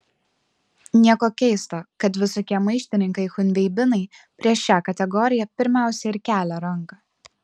nieko keisto kad visokie maištininkai chunveibinai prieš šią kategoriją pirmiausia ir kelia ranką